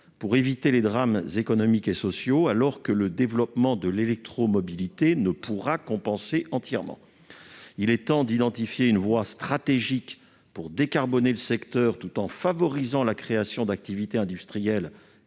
pour éviter les drames économiques et sociaux, alors que le développement de l'électromobilité ne pourra compenser entièrement le phénomène ? Il est temps de définir une voie stratégique de décarbonation du secteur tout en favorisant la création d'activités industrielles